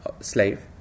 slave